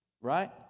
Right